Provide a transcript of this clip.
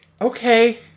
Okay